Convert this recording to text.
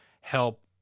help